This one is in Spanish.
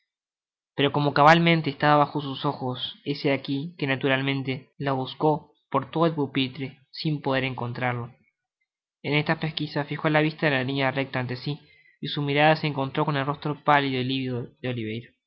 pero como cabalmente estaba bajo sus ojos es de aqui que naturalmente lo buscó por todo el pupitre sin poder encontrarlo en esta pesquiza fijo la vista en linea recta ante si y su mirada se encontró con el rostro pálido y livido de